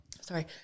sorry